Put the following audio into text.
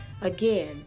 Again